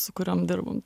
su kuriom dirbam